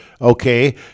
Okay